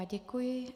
Děkuji.